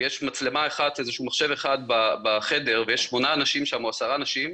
יש איזשהו מחשב אחד בחדר ויש שמונה אנשים או עשרה אנשים,